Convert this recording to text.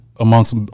Amongst